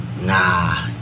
nah